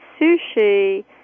sushi